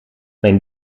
mijn